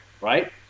right